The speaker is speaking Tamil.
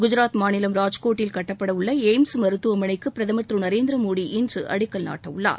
குஜராத் மாநிலம் ராஜ்கோட்டில் கட்டப்படவுள்ள எய்ம்ஸ் மருத்துவமனைக்கு பிரதமர் திரு நரேந்திர மோதி இன்று அடிக்கல் நாட்டவுள்ளார்